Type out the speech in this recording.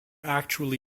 actually